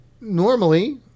normally